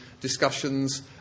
discussions